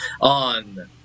on